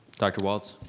dr. waltz?